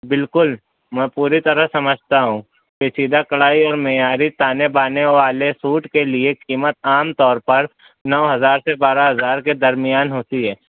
بالکل میں پوری طرح سمجھتا ہوں کہ سیدھا کڑھائی اورمعیاری تانے بانے والے سوٹ کے لیے قیمت عام طور پر نو ہزار سے بارہ ہزار کے درمیان ہوتی ہے